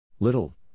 Little